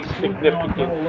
significant